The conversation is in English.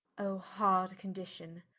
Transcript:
o hard condition,